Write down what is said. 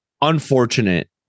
unfortunate